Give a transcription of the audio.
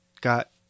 got